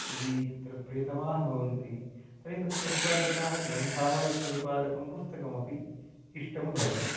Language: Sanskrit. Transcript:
यदि तत्र प्रियतमाः भवन्ति तर्हि तत् प्रतिपादकाः ग्रन्थाः तत् प्रतिपादकं पुस्तकमपि इष्टं भवति